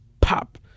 pop